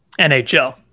NHL